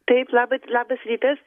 taip labas labas rytas